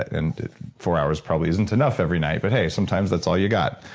and four hours probably isn't enough every night, but hey sometimes that's all you got.